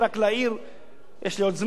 יש לי עוד זמן, נקודה מסוימת חשובה.